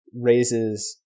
raises